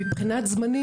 מבחינת זמנים,